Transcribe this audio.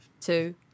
two